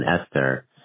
Esther